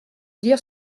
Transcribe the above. dire